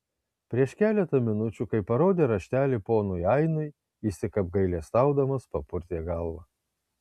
prieš keletą minučių kai parodė raštelį ponui ainui jis tik apgailestaudamas papurtė galvą